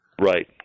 Right